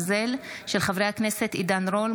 של חברי הכנסת עידן רול,